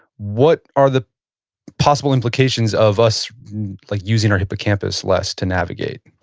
what are the possible implications of us like using our hippocampus less to navigate?